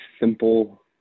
simple